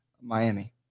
Miami